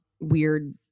weird